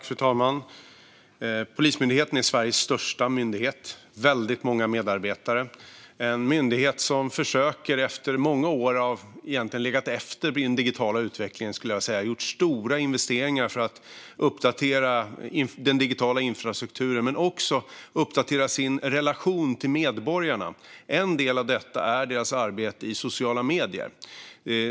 Fru talman! Polismyndigheten är Sveriges största myndighet med väldigt många medarbetare. Det är en myndighet som har gjort stora investeringar för att uppdatera den digitala infrastrukturen efter att under många år ha legat efter i den digitala utvecklingen. Den har också försökt att uppdatera sin relation till medborgarna. En del av detta är deras arbete i sociala medier.